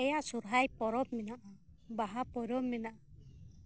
ᱟᱞᱮᱭᱟᱜ ᱥᱩᱨᱦᱟᱭ ᱯᱚᱨᱚᱵ ᱢᱮᱱᱟᱜᱼᱟ ᱵᱟᱦᱟ ᱯᱚᱨᱚᱵ ᱢᱮᱱᱟᱜᱼᱟ